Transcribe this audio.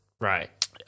Right